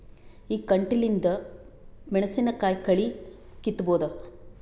ಈ ಕಂಟಿಲಿಂದ ಮೆಣಸಿನಕಾಯಿ ಕಳಿ ಕಿತ್ತಬೋದ?